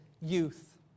youth